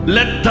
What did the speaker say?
Let